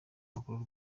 makuru